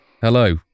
Hello